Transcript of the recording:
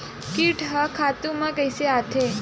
कीट ह खातु म कइसे आथे?